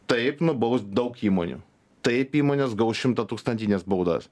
taip nubaus daug įmonių taip įmonės gaus šimtatūkstantines baudas